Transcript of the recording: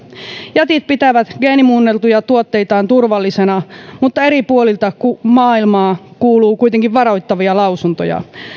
jätit pitävät geenimuunneltuja tuotteitaan turvallisina mutta eri puolilta maailmaa kuuluu kuitenkin varoittavia lausuntoja